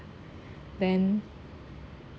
then